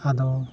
ᱟᱫᱚ